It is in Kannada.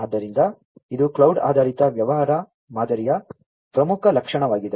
ಆದ್ದರಿಂದ ಇದು ಕ್ಲೌಡ್ ಆಧಾರಿತ ವ್ಯವಹಾರ ಮಾದರಿಯ ಪ್ರಮುಖ ಲಕ್ಷಣವಾಗಿದೆ